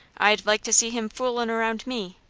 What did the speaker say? i'd like to see him foolin' around me.